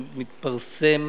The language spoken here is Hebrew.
שהתפרסם